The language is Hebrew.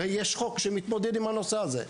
הרי יש חוק שמתמודד עם הנושא הזה.